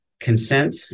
Consent